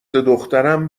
دخترم